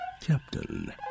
Captain